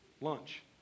lunch